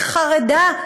היא חרדה,